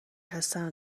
هستن